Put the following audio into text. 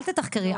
אל תתחקרי,